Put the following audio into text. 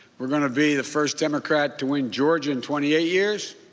we're going to be the first democrat to win georgia in twenty eight years.